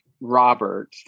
Robert